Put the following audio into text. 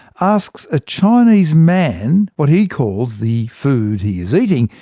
asks a chinese man what he calls the food he is eating.